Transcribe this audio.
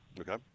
Okay